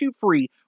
free